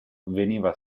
veniva